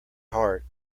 heart